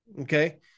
Okay